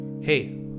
Hey